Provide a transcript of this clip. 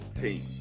team